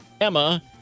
Emma